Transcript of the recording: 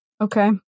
Okay